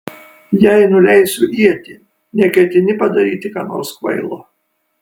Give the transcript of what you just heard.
jei nuleisiu ietį neketini padaryti ką nors kvailo